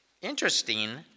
Interesting